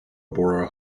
bora